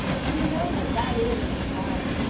we know that that is st. mark.